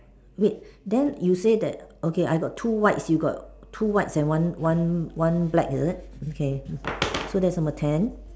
wait then you say that okay I got two whites you got two whites and one one one black is it okay so that's number ten